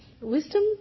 Wisdom